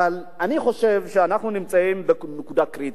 אבל אני חושב שאנחנו נמצאים בנקודה קריטית.